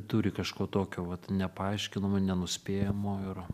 turi kažko tokio vat nepaaiškinamo nenuspėjamo ir